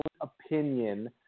opinion